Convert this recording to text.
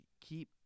keep